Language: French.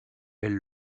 elle